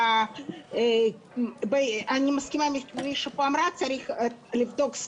אני מסכימה עם מי שאמר שצריך לבדוק את